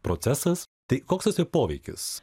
procesas tai koks tas jo poveikis